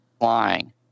flying